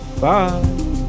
Bye